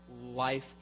life